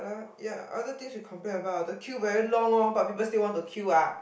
ya other things we complain about the queue very long lor but people still want to queue ah